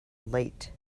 late